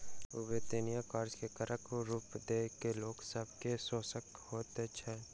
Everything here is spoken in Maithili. अवेत्निया कार्य के करक रूप दय के लोक सब के शोषण होइत छल